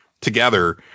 together